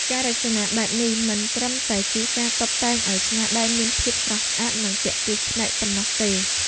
ការរចនាបែបនេះមិនត្រឹមតែជាការតុបតែងឲ្យស្នាដៃមានភាពស្រស់ស្អាត និងទាក់ទាញភ្នែកប៉ុណ្ណោះទេ